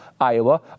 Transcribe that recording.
Iowa